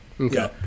Okay